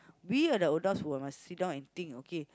we are the adults who must sit down and think okay